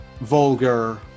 vulgar